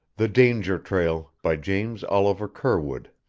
the danger trail by james oliver curwood